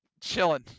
chilling